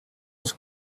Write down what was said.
was